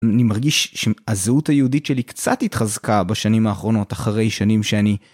אני מרגיש שהזהות היהודית שלי קצת התחזקה בשנים האחרונות, אחרי שנים שאני...